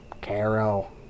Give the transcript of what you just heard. Carol